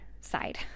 side